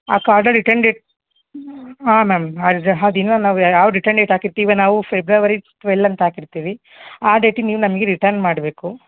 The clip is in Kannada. ಆ ಕಾರ್ಡು ರಿಟರ್ನ್ ಡೇಟ್ ಹಾಂ ಮ್ಯಾಮ್ ಆ ದಿನ ನಾವು ಯಾವ ರಿಟರ್ನ್ ಡೇಟ್ ಹಾಕಿರ್ತೀವೊ ನಾವು ಫೆಬ್ರವರಿ ಟ್ವೆಲ್ ಅಂತ ಹಾಕಿರ್ತೀವಿ ಆ ಡೇಟಿಗೆ ನೀವು ನಮಗೆ ರಿಟರ್ನ್ ಮಾಡಬೇಕು